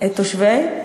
את תושבי?